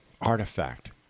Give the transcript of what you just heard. artifact